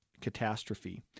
catastrophe